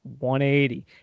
180